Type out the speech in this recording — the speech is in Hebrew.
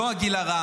אז לא על הגיל הרך,